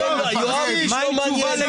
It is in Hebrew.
יואב קיש לא מעניין.